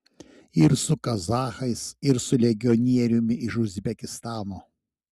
ir su kazachais ir su legionieriumi iš uzbekistano